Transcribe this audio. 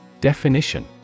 Definition